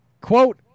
quote